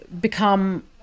become